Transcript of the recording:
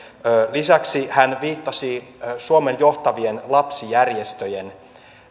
lisäksi hän viittasi suomen johtavien lapsijärjestöjen